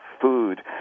food